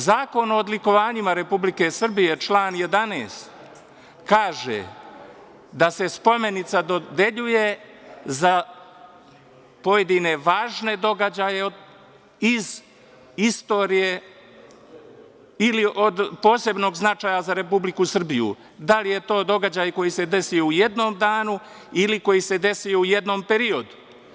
Zakon o odlikovanjima Republike Srbije, član 11. kaže da se spomenica dodeljuje za pojedine važne događaje iz istorije ili od posebnog značaja za Republiku Srbiju, da li je to događaj koji se desio u jednom danu ili koji se desio u jednom periodu.